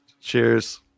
Cheers